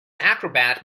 acrobat